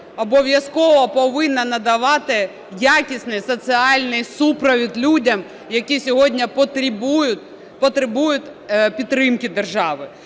обов'язково повинна надавати якісний соціальний супровід людям, які сьогодні потребують підтримки держави.